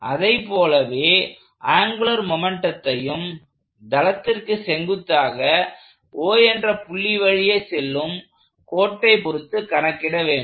அதைப் போலவே ஆங்குலர் மொமெண்ட்டத்தையும் தளத்திற்கு செங்குத்தாக O என்ற புள்ளி வழியே செல்லும் கோட்டை பொருத்து கணக்கிட வேண்டும்